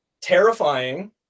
terrifying